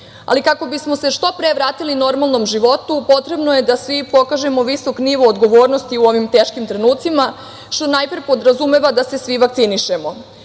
ali kako bismo se što pre vratili normalnom životu potrebno je da svi pokažemo visok nivo odgovornosti u ovim teškim trenucima, što najpre podrazumeva da se svi vakcinišemo.U